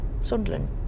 Sunderland